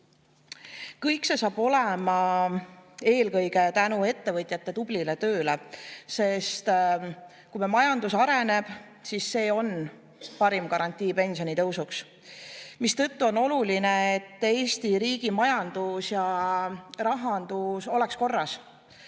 Kõik see saab olema eelkõige tänu ettevõtjate tublile tööle. Kui majandus areneb, siis see on parim garantii, et pensionitõus saab toimuda. On oluline, et Eesti riigi majandus ja rahandus oleks korras,